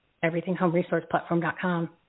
everythinghomeresourceplatform.com